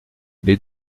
les